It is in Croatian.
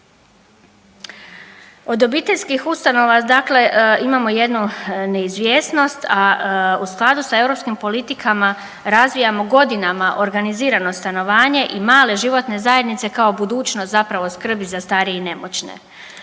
Od obiteljskih ustanova dakle, imamo jednu neizvjesnost, a u skladu sa europskim politikama razvijamo godinama organizirano stanovanje i male životne zajednice, kao budućnost zapravo skrbi za starije i nemoćne.